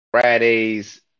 Friday's